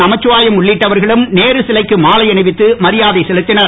நமச்சிவாயம் உள்ளிட்டவர்களும் நேரு சிலைக்கு மாலை அணிவித்து மரியாதை செலுத்தினார்